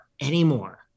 anymore